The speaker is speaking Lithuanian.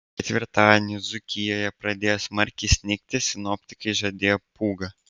ketvirtadienį dzūkijoje pradėjo smarkiai snigti sinoptikai žadėjo pūgą